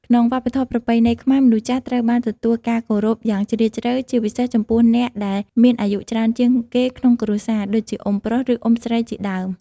ក្នុងវប្បធម៌ប្រពៃណីខ្មែរ មនុស្សចាស់ត្រូវបានទទួលការគោរពយ៉ាងជ្រាលជ្រៅ ជាពិសេសចំពោះអ្នកដែលមានអាយុច្រើនជាងគេក្នុងគ្រួសារ ដូចជាអ៊ុំប្រុស ឬ អ៊ុំស្រីជាដើម។